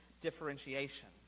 differentiation